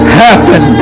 happen